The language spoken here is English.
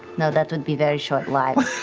no, that would be very short lives.